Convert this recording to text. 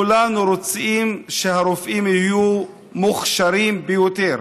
כולנו רוצים שהרופאים יהיו מוכשרים ביותר.